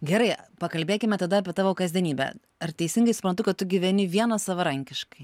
gerai pakalbėkime tada apie tavo kasdienybę ar teisingai suprantu kad tu gyveni vienas savarankiškai